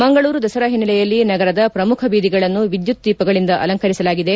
ಮಂಗಳೂರು ದಸರಾ ಹಿನ್ನೆಲೆಯಲ್ಲಿ ನಗರದ ಪ್ರಮುಖ ಬೀದಿಗಳನ್ನು ವಿದ್ಯುತ್ ದೀಪಗಳಿಂದ ಅಲಂಕರಿಸಲಾಗಿದೆ